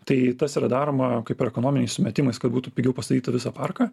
tai tas yra daroma kaip ir ekonominiais sumetimais kad būtų pigiau pastatyt tą visą parką